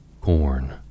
Corn